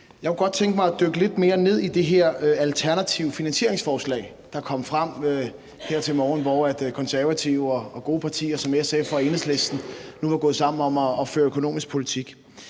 Jeg kunne godt tænke mig at dykke lidt mere ned i det her alternative finansieringsforslag, der kom frem her til morgen, hvor Konservative og gode partier som SF og Enhedslisten nu var gået sammen om at føre økonomisk politik.